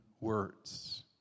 words